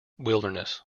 wilderness